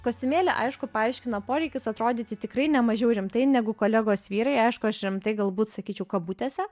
kostiumėlį aišku paaiškino poreikis atrodyti tikrai ne mažiau rimtai negu kolegos vyrai aišku aš rimtai galbūt sakyčiau kabutėse